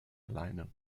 alleine